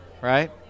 Right